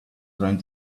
around